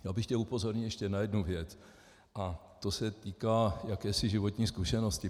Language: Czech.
Já bych chtěl upozornit ještě na jednu věc a ta se týká jakési životní zkušenosti.